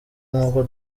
nkuko